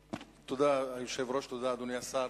תודה, היושב-ראש, תודה, אדוני השר.